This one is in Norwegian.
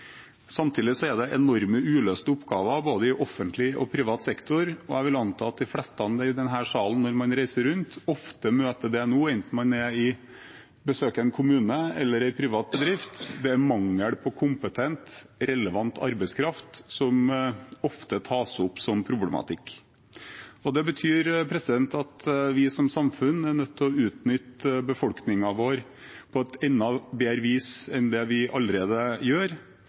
Samtidig er det enorme uløste oppgaver både i offentlig og i privat sektor. Jeg vil anta at de fleste i denne salen når man reiser rundt, enten man besøker en kommune eller en privat bedrift, opplever at det er mangel på kompetent relevant arbeidskraft som ofte tas opp som problematikk. Det betyr at vi som samfunn er nødt til å utnytte befolkningen vår på enda bedre vis enn det vi allerede gjør,